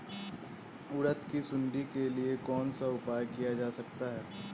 उड़द की सुंडी के लिए कौन सा उपाय किया जा सकता है?